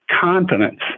confidence